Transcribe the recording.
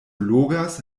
logas